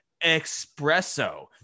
Espresso